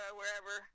wherever